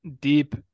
deep